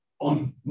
on